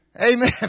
Amen